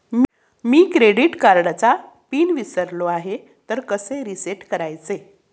मी credit कार्डचा pin विसरलो आहे तर कसे रीसेट करायचे?